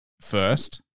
first